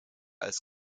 als